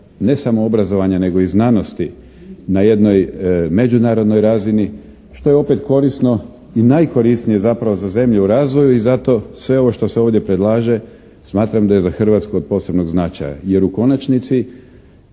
ne samo obrazovanja nego i znanosti na jednoj međunarodnoj razini što je opet korisno i najkorisnije zapravo za zemlje u razvoju i zato sve ovo što se ovdje predlaže smatram da je za Hrvatsku od posebnog značaja. Jer u konačnici